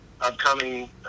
upcoming